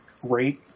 great